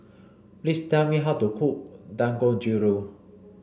please tell me how to cook Dangojiru